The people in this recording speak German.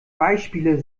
beispiele